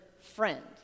friend